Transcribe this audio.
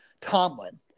Tomlin